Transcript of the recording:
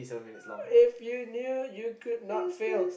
if you knew you could not fail